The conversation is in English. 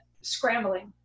scrambling